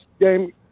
game